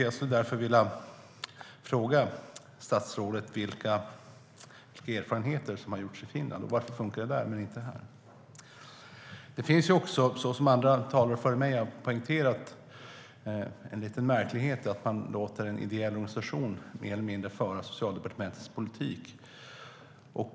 Jag skulle vilja fråga statsrådet vilka erfarenheter som har gjorts i Finland. Varför fungerar det där men inte men inte här? Det finns också, så som andra talare före mig har poängterat, en liten märklighet i att man låter en ideell organisation mer eller mindre föra Socialdepartementets politik.